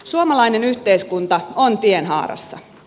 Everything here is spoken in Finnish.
suomalainen yhteiskunta on tienhaarassa